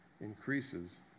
increases